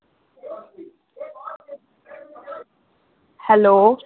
hello